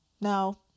no